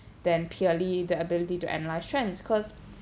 than purely the ability to analyse trends cause